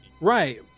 Right